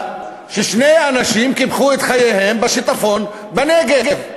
ששני אנשים קיפחו את חייהם בשיטפון בנגב.